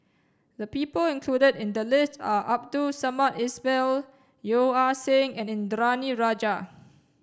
the people included in the list are Abdul Samad Ismail Yeo Ah Seng and Indranee Rajah